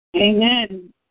Amen